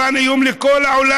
איראן היא איום לכל העולם,